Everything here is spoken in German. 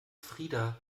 frida